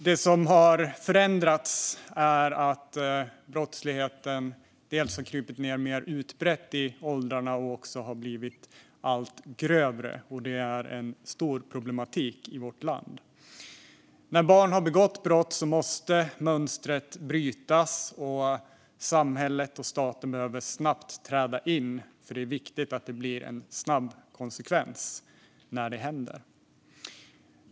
Det som har förändrats är att brottsligheten blivit mer utbredd längre ned i åldrarna och att den blivit allt grövre. Detta är en stor problematik i vårt land. När barn begått brott måste mönstret brytas. Samhället och staten behöver träda in snabbt, för det är viktigt att det blir en snabb konsekvens när det händer.